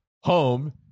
home